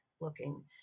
looking